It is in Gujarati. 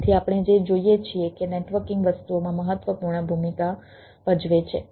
તેથી આપણે જે જોઈએ છીએ કે નેટવર્કિંગ વસ્તુઓમાં મહત્વપૂર્ણ ભૂમિકા ભજવે છે